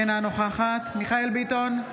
אינה נוכחת מיכאל מרדכי ביטון,